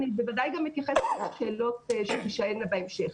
אני בוודאי גם אתייחס לשאלות שתישאלנה בהמשך.